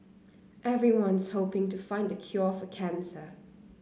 everyone's hoping to find the cure for cancer